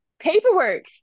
paperwork